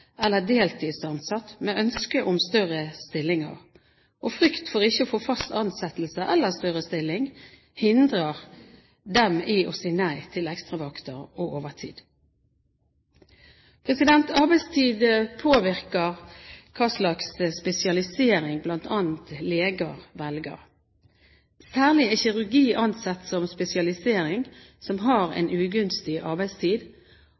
eller deltidsansatt med ønske om større stillinger. Frykt for ikke å få fast ansettelse eller større stilling hindrer dem i å si nei til ekstravakter og overtid. Arbeidstid påvirker hva slags spesialisering bl.a. leger velger. Særlig er kirurgi ansett som spesialisering med ugunstig arbeidstid og mindre tid til familie og fritid. Det har